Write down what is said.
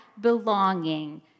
belonging